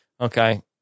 Okay